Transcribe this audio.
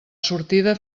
sortida